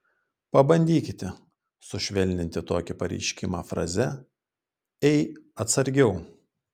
pabandykite sušvelninti tokį pareiškimą fraze ei atsargiau